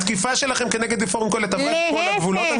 התקיפה שלכם כנגד פורום קהלת עבר את כל הגבולות.